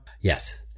yes